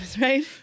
right